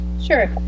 Sure